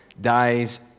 dies